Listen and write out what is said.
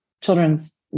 children's